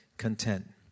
content